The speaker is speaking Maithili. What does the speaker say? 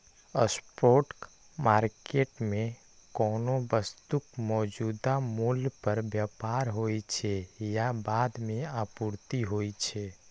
स्पॉट मार्केट मे कोनो वस्तुक मौजूदा मूल्य पर व्यापार होइ छै आ बाद मे आपूर्ति होइ छै